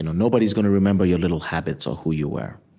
and nobody's going to remember your little habits or who you were.